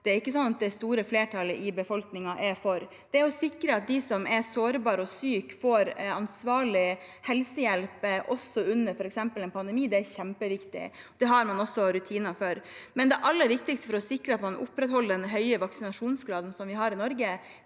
tiltak som det store flertallet i befolkningen ikke er for. Det å sikre at de som er sårbare og syke, får ansvarlig helsehjelp også under f.eks. en pandemi, er kjempeviktig, og det har man også rutiner for. Det aller viktigste for å sikre at man opprettholder den høye vaksinasjonsgraden som vi har i Norge,